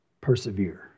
Persevere